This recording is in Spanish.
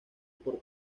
por